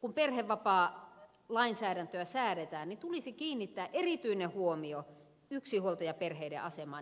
kun perhevapaalainsäädäntöä säädetään tulisi kiinnittää erityinen huomio yksinhuoltajaperheiden asemaan